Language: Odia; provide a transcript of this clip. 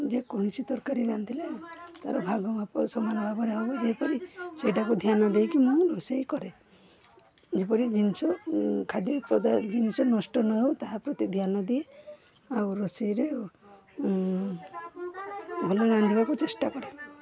ଯେକୌଣସି ତରକାରୀ ରାନ୍ଧିଲେ ତାର ଭାଗ ମାପ ସମାନ ଭାବରେ ହବ ଯେପରି ସେଇଟା କୁ ଧ୍ୟାନ ଦେଇକି ମୁଁ ରୋଷେଇ କରେ ଯେପରି ଜିନିଷ ଖାଦ୍ୟ ପଦାର୍ଥ ଜିନିଷ ନଷ୍ଟ ନ ହେଉ ତାହା ପ୍ରତି ଧ୍ୟାନ ଦିଏ ଆଉ ରୋଷେଇରେ ଭଲ ରାନ୍ଧିବାକୁ ଚେଷ୍ଟା କରେ